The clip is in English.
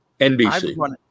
NBC